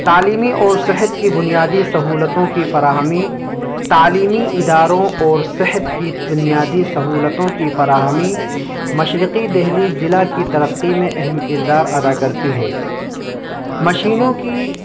تعلیمی اور صحت کی بنیادی سہولتوں کی فراہمی تعلیمی اداروں اور صحت کی بنیادی سہولتوں کی فراہمی مشرقی دہلی ضلع کی ترقی میں اہم کردار ادا کرتی ہے مشینوں کی